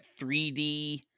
3D